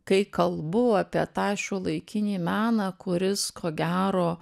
kai kalbu apie tą šiuolaikinį meną kuris ko gero